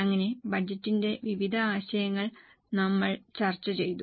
അങ്ങനെ ബജറ്റിന്റെ വിവിധ ആശയങ്ങൾ നമ്മൾ ചർച്ച ചെയ്തു